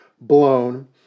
blown